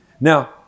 now